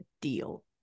deal